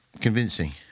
convincing